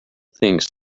things